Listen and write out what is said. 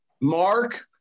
mark